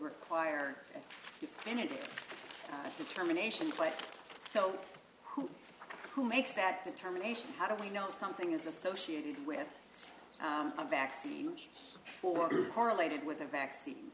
require and the combination quite so who who makes that determination how do we know something is associated with a vaccine for correlated with a vaccine